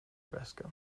väskan